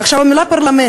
עכשיו, המילה פרלמנט